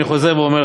אני חוזר ואומר,